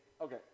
Okay